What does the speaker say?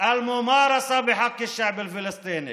בעם הפלסטיני.)